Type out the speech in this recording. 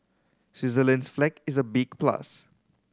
Switzerland's flag is a big plus